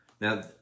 Now